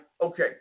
okay